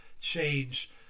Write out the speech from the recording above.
change